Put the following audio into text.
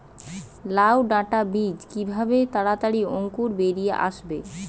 লাউ ডাটা বীজ কিভাবে তাড়াতাড়ি অঙ্কুর বেরিয়ে আসবে?